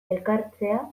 elkartzea